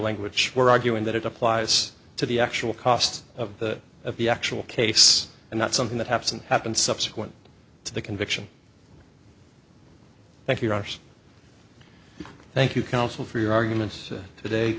language we're arguing that it applies to the actual cost of the of the actual case and not something that happened happened subsequent to the conviction thank you rogers thank you counsel for your arguments today